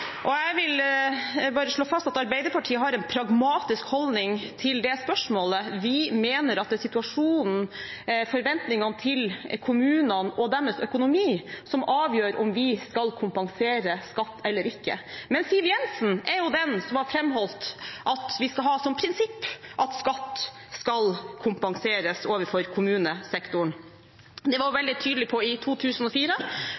Jeg vil bare slå fast at Arbeiderpartiet har en pragmatisk holdning til det spørsmålet. Vi mener at det er situasjonen, forventningene til kommunene og deres økonomi, som avgjør om vi skal kompensere skatt eller ikke. Men Siv Jensen er jo den som har framholdt at vi skal ha som prinsipp at skatt skal kompenseres overfor kommunesektoren. Det var